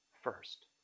first